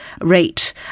rate